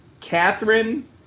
Catherine